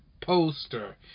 poster